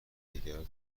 دیگر